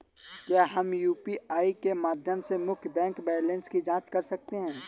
क्या हम यू.पी.आई के माध्यम से मुख्य बैंक बैलेंस की जाँच कर सकते हैं?